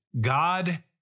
God